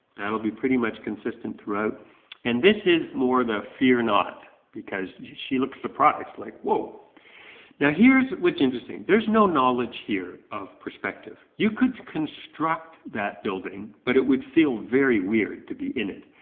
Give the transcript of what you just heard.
that'll be pretty much consistent throughout and this is more the fear not because she looks surprised like whoa now here's what's interesting there's no knowledge here of perspective, you could construct that building but it would feel very weird to be in it,